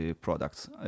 products